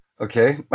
Okay